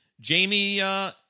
Jamie